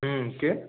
হুম কে